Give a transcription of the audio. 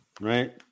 Right